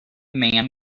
man